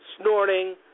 snorting